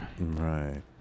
right